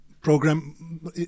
program